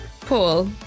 Paul